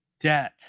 debt